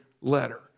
letter